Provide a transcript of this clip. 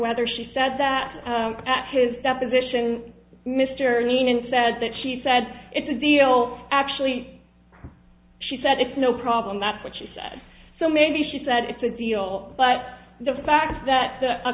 whether she said that at his deposition mr nene and said that she said it's a deal actually she said it's no problem that's what she said so maybe she said it's a deal but the fact that